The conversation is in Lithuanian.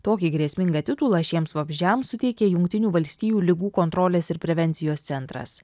tokį grėsmingą titulą šiems vabzdžiams suteikė jungtinių valstijų ligų kontrolės ir prevencijos centras